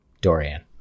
Dorian